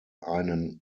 einen